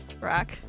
Rock